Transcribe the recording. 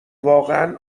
واقعا